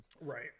Right